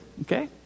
okay